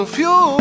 fuel